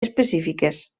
específiques